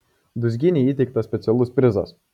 dūzgynei įteiktas specialus prizas